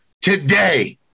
today